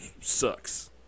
sucks